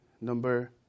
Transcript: number